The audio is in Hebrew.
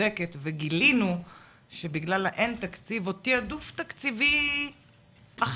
וגילינו שבגלל שאין תקציב או תעדוף תקציבי אחר,